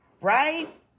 Right